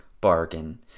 bargain